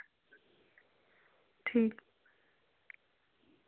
ठीक